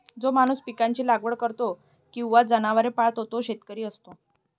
जो माणूस पिकांची लागवड करतो किंवा जनावरे पाळतो तो शेतकरी असतो